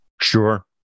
Sure